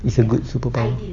it's a good superpower